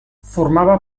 formava